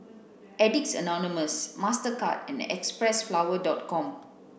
addicts anonymous Mastercard and xpressflower dot com